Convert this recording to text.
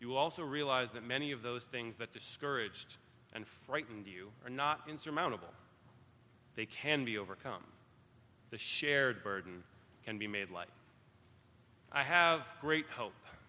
you also realize that many of those things that discouraged and frightened you are not insurmountable they can be overcome the shared burden can be made like i have great hope